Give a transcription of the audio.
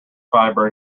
fibre